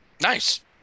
Nice